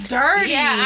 dirty